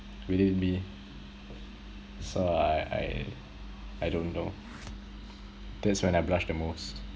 within me so I I I don't know that's when I blush the most